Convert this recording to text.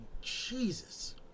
Jesus